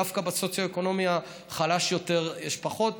דווקא בסוציו-אקונומי החלש יותר יש פחות.